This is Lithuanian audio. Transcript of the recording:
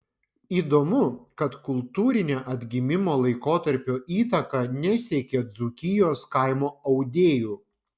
įdomu kad kultūrinė atgimimo laikotarpio įtaka nesiekė dzūkijos kaimo audėjų